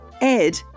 Ed